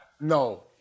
no